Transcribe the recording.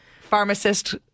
Pharmacist